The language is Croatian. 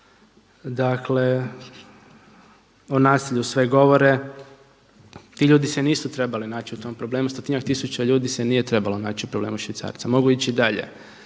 Brojke o nasilju sve govore, ti ljudi se nisu trebali naći u tom problemu. Stotinjak tisuća ljudi se nije trebalo naći u problemu švicarca. Mogu ići dalje